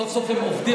סוף-סוף הם עובדים.